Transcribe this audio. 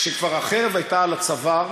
כשכבר החרב הייתה על הצוואר